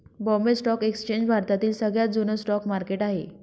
Bombay stock exchange भारतातील सगळ्यात जुन स्टॉक मार्केट आहे